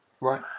right